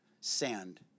sand